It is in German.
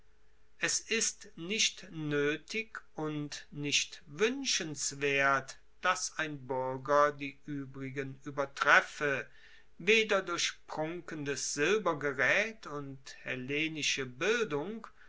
es ist nicht noetig und nicht wuenschenswert dass ein buerger die uebrigen uebertreffe weder durch prunkendes silbergeraet und hellenische bildung